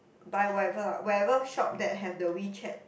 buy whatever lah whatever shop that have the WeChat